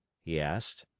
he asked.